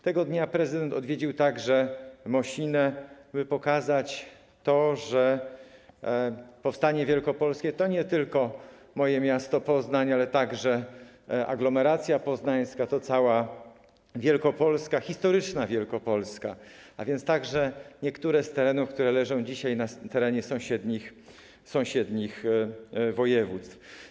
Tego dnia prezydent odwiedził także Mosinę, żeby pokazać, że powstanie wielkopolskie to nie tylko moje miasto, Poznań, ale także aglomeracja poznańska, cała Wielkopolska, historyczna Wielkopolska, a więc także niektóre z terenów, które leżą dzisiaj w sąsiednich województwach.